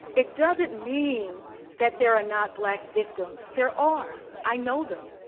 it doesn't mean that there are not black victims. there are. i know them.